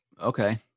Okay